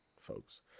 folks